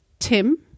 Tim